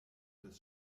des